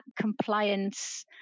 compliance